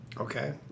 Okay